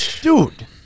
Dude